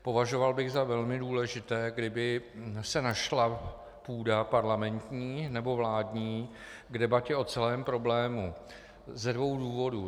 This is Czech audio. Považoval bych za velmi důležité, kdyby se našla půda parlamentní nebo vládní k debatě o celém problému ze dvou důvodů.